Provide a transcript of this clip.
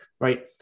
right